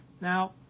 Now